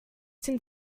den